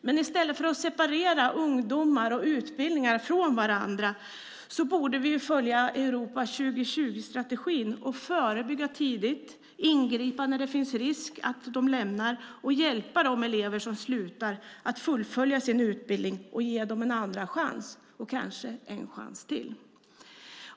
Men i stället för att separera ungdomar och utbildningar från varandra borde vi följa Europa 2020-strategin och förebygga tidigt, ingripa när det finns risk att de lämnar och hjälpa de elever som slutar att fullfölja sin utbildning - ge dem en andra chans, och kanske en chans till.